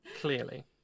Clearly